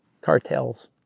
cartels